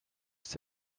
said